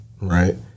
right